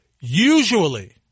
usually